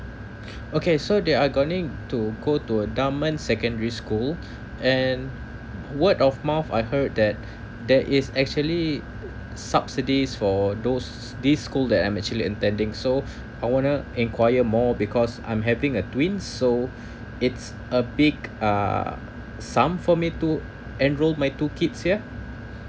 okay so they are going to go to dunman secondary school and word of mouth I heard that that is actually subsidies for those this school that I'm actually intending so I want to inquire more because I'm having a twin so it's a bit uh some for me to enroll my two kids ya